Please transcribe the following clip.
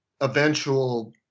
eventual